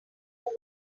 wine